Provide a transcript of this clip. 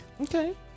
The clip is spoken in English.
okay